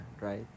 right